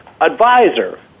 advisor